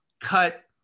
cut